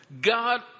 God